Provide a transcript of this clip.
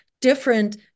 different